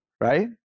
right